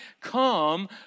come